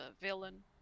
villain